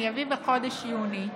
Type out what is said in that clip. בחודש יוני,